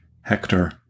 Hector